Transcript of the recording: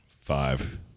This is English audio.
Five